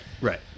right